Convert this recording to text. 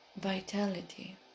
vitality